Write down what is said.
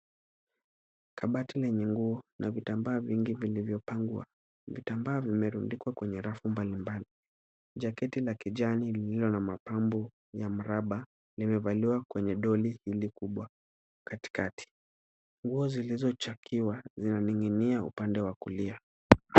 Kabati lenye nguo na vitambaa vingi vilivyopangwa. Vitambaa vimerundikwa kwenye rafu mbalimbali. Jaketi la kijani lililo na mapambo ya mraba, limevaliwa kwenye doli mbili kubwa katikati. Nguo zilizochakiwa zinaning'inia upande wa kulia.